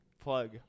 Plug